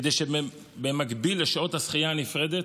כדי שבמקביל לשעות השחייה הנפרדת,